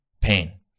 pain